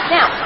Now